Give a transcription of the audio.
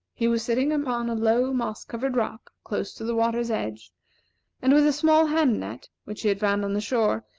he was sitting upon a low, moss-covered rock, close to the water's edge and with a small hand-net, which he had found on the shore,